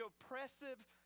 oppressive